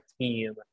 team